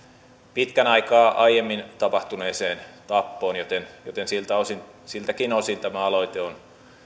pitkän aikaa aiemmin tapahtuneeseen tappoon joten joten siltäkin osin tämä aloite on